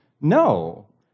No